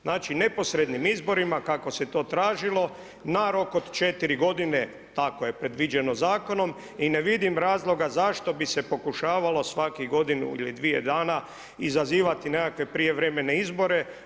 Znači neposrednim izborima kako se to tražilo na rok od 4 g. tako je predviđeno zakonom i ne vidim razloga zašto bi se pokušavalo svaku godini ili dvije dana, izazivati nekakve prijevremene izbore.